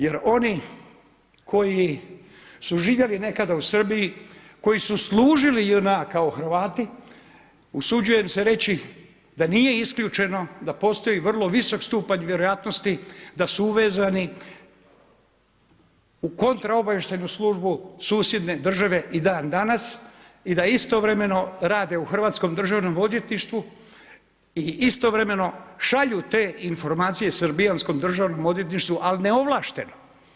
Jer oni koji su živjeli nekada u Srbiji, koji su služili JNA kao Hrvati usuđujem se reći da nije isključeno da postoji vrlo visok stupanj vjerojatnosti da su uvezani u kontraobavještajnu službu susjedne države i dan danas i da istovremeno rade u hrvatskom državnom odvjetništvu i istovremeno šalju te informacije srbijanskom državnom odvjetništvu ali neovlašteno.